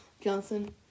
Johnson